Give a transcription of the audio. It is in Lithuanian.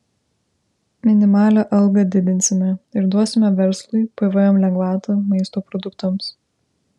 minimalią algą didinsime ir duosime verslui pvm lengvatą maisto produktams